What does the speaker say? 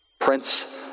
Prince